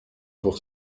pour